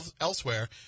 elsewhere